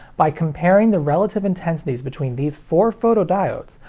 by comparing the relative intensities between these four photodiodes,